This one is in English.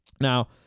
Now